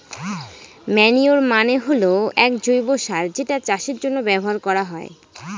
manure মানে হল এক জৈব সার যেটা চাষের জন্য ব্যবহার করা হয়